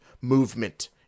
movement